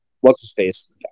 what's-his-face